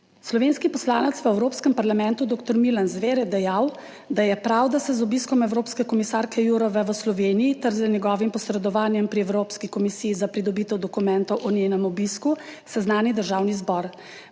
Slovenski poslanec v Evropskem parlamentu doktor Milan Zver je dejal, da je prav, da se z obiskom evropske komisarke Jourove v Sloveniji ter z njegovim posredovanjem pri Evropski komisiji za pridobitev dokumentov o njenem obisku seznani Državni zbor;